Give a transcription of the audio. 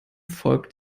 folgt